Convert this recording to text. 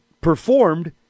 performed